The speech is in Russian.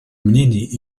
мнений